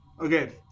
Okay